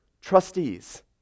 trustees